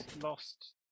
lost